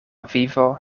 vivo